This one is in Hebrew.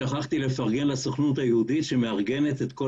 שכחתי לפרגן לסוכנות היהודית שמארגנת את כל